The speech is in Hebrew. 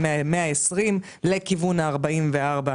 מ-120 לכיוון ה-44.